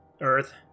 Earth